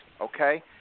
okay